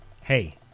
Hey